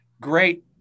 great